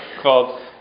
called